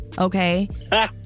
okay